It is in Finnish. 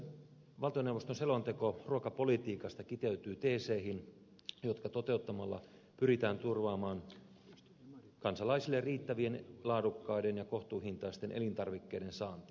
valtioneuvoston selonteko ruokapolitiikasta kiteytyy teeseihin jotka toteuttamalla pyritään turvaamaan kansalaisille riittävien laadukkaiden ja kohtuuhintaisten elintarvikkeiden saanti